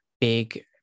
big